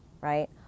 right